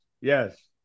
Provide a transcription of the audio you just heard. yes